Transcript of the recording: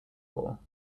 ball